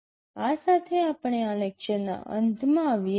આ સાથે આપણે આ લેક્ચરના અંતમાં આવીએ છીએ